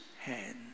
hands